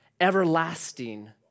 Everlasting